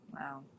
Wow